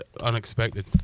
unexpected